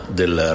del